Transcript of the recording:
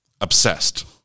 obsessed